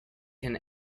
can